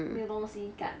没有东西赶